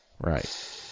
Right